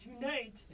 tonight